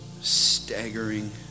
staggering